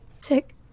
Sick